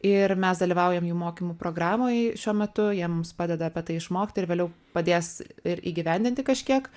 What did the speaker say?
ir mes dalyvaujam jų mokymų programoj šiuo metu jiems padeda apie tai išmokti ir vėliau padės ir įgyvendinti kažkiek